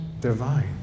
divine